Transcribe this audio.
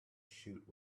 shoot